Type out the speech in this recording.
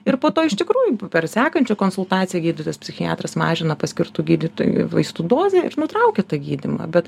ir po to iš tikrųjų per sekančią konsultaciją gydytojas psichiatras mažina paskirtų gydytojo vaistų dozę ir nutraukia gydymą bet